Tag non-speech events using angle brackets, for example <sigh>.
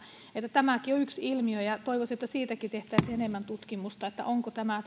tämäkin on yksi ilmiö ja toivoisin että siitäkin tehtäisiin enemmän tutkimusta onko tämä <unintelligible>